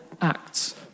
acts